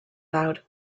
loud